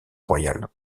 royal